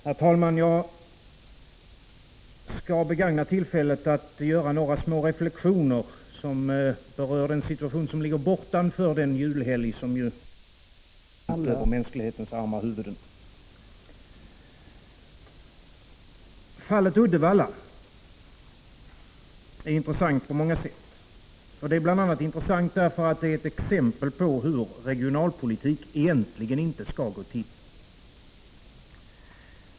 Herr talman! Jag skall begagna tillfället att göra några små reflexioner som berör den situation som ligger bortanför den julhelg som strax bryter ut över mänsklighetens arma huvuden. Fallet Uddevalla är intressant på många sätt, bl.a. därför att det är ett exempel på hur regionalpolitik egentligen inte skall gå till.